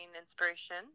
inspiration